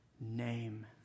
name